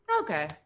Okay